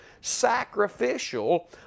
sacrificial